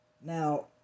Now